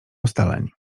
ustaleń